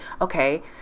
okay